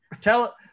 tell